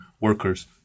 workers